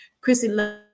chrissy